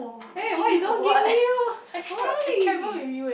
eh why you don't give me oh why